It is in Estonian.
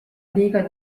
liiga